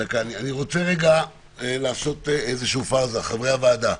אני רוצה רגע לעשות איזושהי פאוזה, חברי הוועדה.